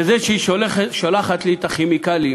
וזה שהיא שולחת לי את הכימיקלים,